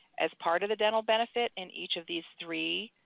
as part of the dental benefit in each of these three